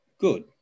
good